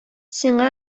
сиңа